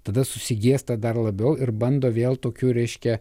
tada susigėsta dar labiau ir bando vėl tokiu reiškia